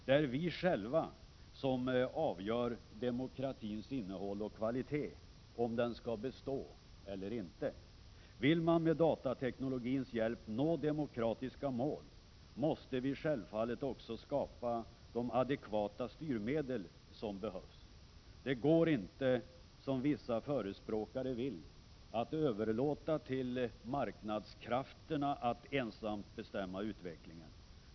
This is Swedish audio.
Det är vi själva som avgör demokratins innehåll och kvalitet, om den skall bestå eller inte. Vill man med datateknologins hjälp nå demokratiska mål, måste vi självfallet också skapa de adekvata styrmedel som behövs. Det går inte, som vissa förespråkare vill, att överlåta till marknadskrafterna att ensamt bestämma utvecklingen.